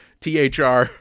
thr